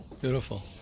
beautiful